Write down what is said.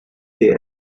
there